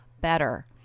better